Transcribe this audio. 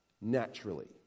naturally